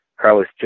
Carlos